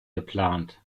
geplant